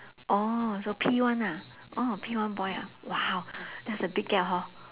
oh so P one ah oh P one boy ah !wow! that's a big gap hor